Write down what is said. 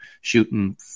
shooting